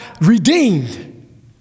redeemed